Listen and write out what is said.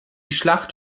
schlacht